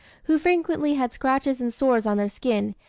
who frequently had scratches and sores on their skin,